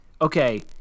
okay